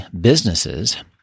businesses